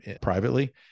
privately